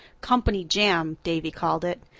company jam, davy called it.